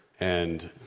and,